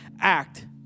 act